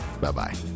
Bye-bye